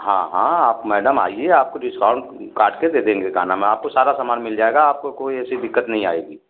हाँ हाँ आप मैडम आइए आपको डिस्काउंट काट कर दे देंगे का नाम है आपको सारा सामान मिल जाएगा आपको कोई ऐसी दिक्कत नहीं आएगी